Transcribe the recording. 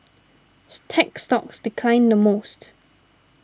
tech stocks declined the most